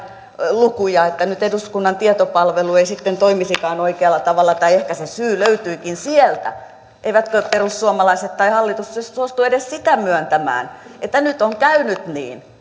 lukuja että nyt eduskunnan tietopalvelu ei toimisikaan oikealla tavalla tai ehkä se syy löytyykin sieltä eivätkö perussuomalaiset tai hallitus suostu edes sitä myöntämään että nyt on käynyt niin